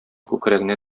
күкрәгенә